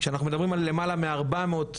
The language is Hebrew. שאנחנו מדברים למעלה מארבע מאות תלמידים.